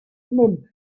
nymff